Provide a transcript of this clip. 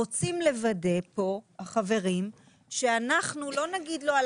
רוצים לוודא פה החברים שאנחנו לא נגיד לו על